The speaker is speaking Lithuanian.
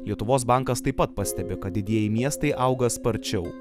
lietuvos bankas taip pat pastebi kad didieji miestai auga sparčiau